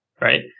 right